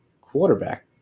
quarterback